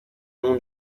nom